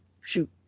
Shoot